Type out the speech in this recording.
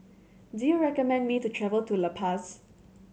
do you recommend me to travel to La Paz